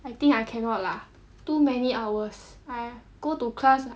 I think I cannot lah too many hours I go to class